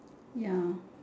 ya